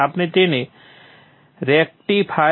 આપણે તેને rectifier